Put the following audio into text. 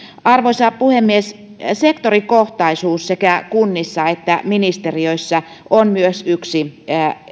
arvoisa puhemies sektorikohtaisuus sekä kunnissa että ministeriöissä on myös yksi